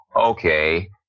okay